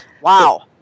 Wow